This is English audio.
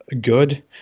good